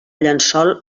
llençol